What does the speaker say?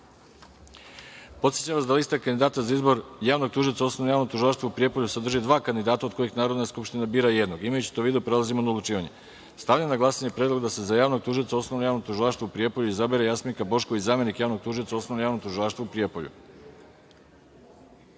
Ivanović. Podsećam vas da lista kandidata za izbor javnog tužioca u Osnovnom javnom tužilaštvu u Prijepolju sadrži dva kandidata, od kojih Narodna skupština bira jednog. Imajući to u vidu, prelazimo na odlučivanje. Stavljam na glasanje predlog da se za javnog tužioca u Osnovnom javnom tužilaštvu u Prijepolju izabere Jasminka Bošković, zamenik javnog tužioca u Osnovnom javnom tužilaštvu u